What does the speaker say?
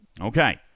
Okay